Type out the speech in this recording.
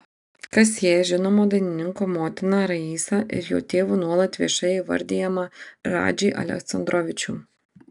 kas sieja žinomo dainininko motiną raisą ir jo tėvu nuolat viešai įvardijamą radžį aleksandrovičių